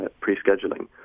pre-scheduling